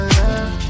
love